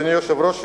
אדוני היושב-ראש,